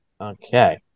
Okay